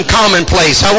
commonplace